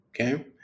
Okay